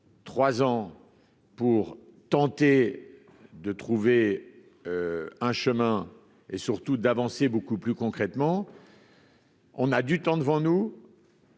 3 ans pour tenter de trouver un chemin et surtout d'avancer beaucoup plus concrètement. On a du temps devant nous.